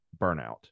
burnout